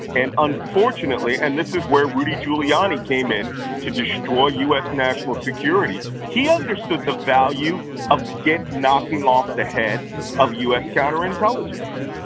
and unfortunately and this is where rudy giuliani came in to destroy u. s. national security he understood the value of knocking off the head of u. s. counterintelligence,